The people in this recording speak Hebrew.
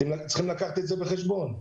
אתם צריכים לקחת את זה בחשבון.